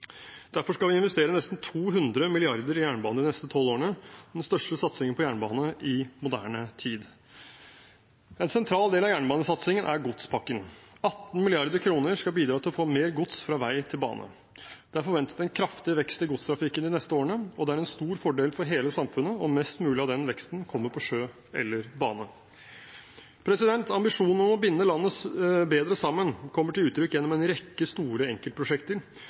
Derfor skal vi investere nesten 200 mrd. kr i jernbane de neste 12 årene, den største satsingen på jernbane i moderne tid. En sentral del av jernbanesatsingen er godspakken. 18 mrd. kr skal bidra til å få mer gods fra vei til bane. Det er forventet en kraftig vekst i godstrafikken de neste årene, og det er en stor fordel for hele samfunnet om mest mulig av den veksten kommer på sjø eller bane. Ambisjonen om å binde landet bedre sammen kommer til uttrykk gjennom en rekke store enkeltprosjekter,